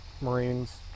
Marines